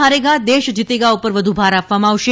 હારેગા દેશ જીતેગા પર વધુ ભાર આપવામાં આવશે